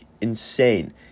insane